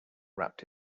wrapped